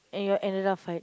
and you're ended up fight